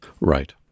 Right